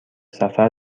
سفر